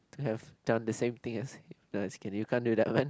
to have tell the same thing as the security can't do that one